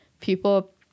people